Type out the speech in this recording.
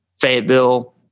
Fayetteville